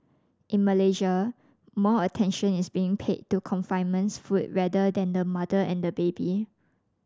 in Malaysia more attention is being paid to confinement foods rather than the mother and baby